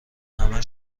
همه